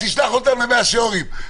תשלח אותם למאה שערים.